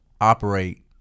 operate